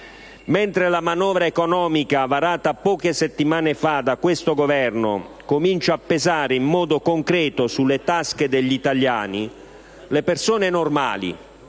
mentre la manovra economica varata poche settimane fa da questo Governo comincia a pesare in modo concreto nelle tasche degli italiani, le persone normali,